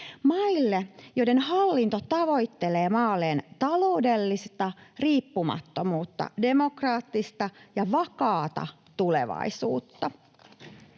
maille, joiden hallinto tavoittelee maalleen taloudellista riippumattomuutta, demokraattista ja vakaata tulevaisuutta.